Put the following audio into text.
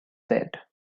said